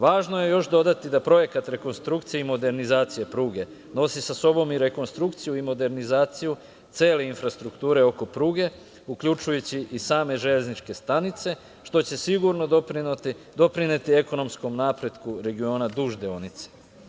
Važno je još dodati da Projekat rekonstrukcije i modernizacije pruge nosi sa sobom i rekonstrukciju i modernizaciju cele infrastrukture oko pruge, uključujući i same železničke stanice, što će sigurno doprineti ekonomskom napretku regiona duž deonice.